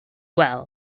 well